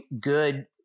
good